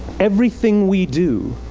everything we do,